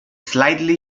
slightly